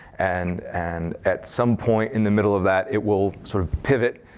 and and at some point in the middle of that, it will sort of pivot,